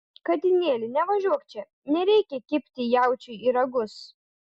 katinėli nevažiuok čia nereikia kibti jaučiui į ragus